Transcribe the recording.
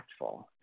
impactful